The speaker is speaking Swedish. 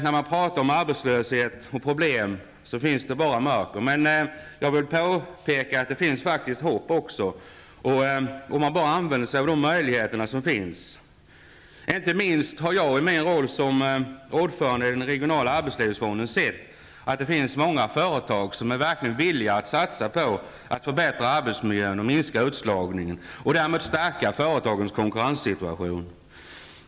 När man talar om arbetslöshet och problem, kan det verka som om det bara finns mörker. Men jag vill påpeka att det faktiskt också finns hopp, om man bara använder de möjligheter som föreligger. I min roll som ordförande i den regionala arbetslivsfonden har jag sett att det finns många företag som är villiga att satsa på att förbätta arbetsmiljön och minska utslagningen, och därmed stärka företagens konkurrenssituation.